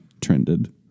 trended